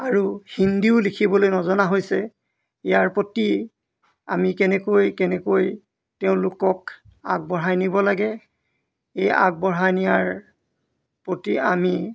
আৰু হিন্দীও লিখিবলৈ নজনা হৈছে ইয়াৰ প্ৰতি আমি কেনেকৈ কেনেকৈ তেওঁলোকক আগবঢ়াই নিব লাগে এই আগবঢ়াই নিয়াৰ প্ৰতি আমি